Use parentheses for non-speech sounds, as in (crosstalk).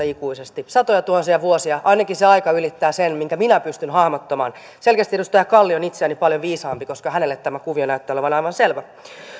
(unintelligible) ikuisesti satojatuhansia vuosia se aika ylittää ainakin sen minkä minä pystyn hahmottamaan selkeästi edustaja kalli on itseäni paljon viisaampi koska hänelle tämä kuvio näytti olevan aivan selvä